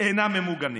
אינם ממוגנים,